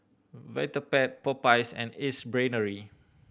Vitapet Popeyes and Ace Brainery